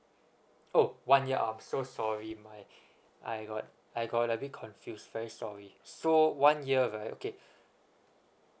oh one year I'm so sorry my I got I got a bit confused very sorry so one year right okay